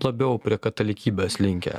labiau prie katalikybės linkę